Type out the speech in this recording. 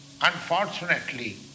Unfortunately